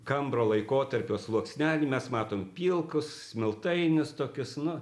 kambro laikotarpio sluoksnelį mes matom pilkus smiltainius tokius nu